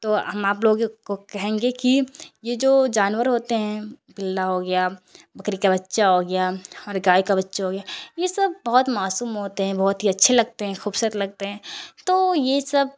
تو ہم آپ لوگوں کو کہیں گے کہ یہ جو جانور ہوتے ہیں پلا ہو گیا بکری کا بچہ ہو گیا اور گائے کا بچہ ہو گیا یہ سب بہت معصوم ہوتے ہیں بہت ہی اچھے لگتے ہیں خوبصورت لگتے ہیں تو یہ سب